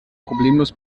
problemlos